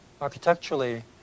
architecturally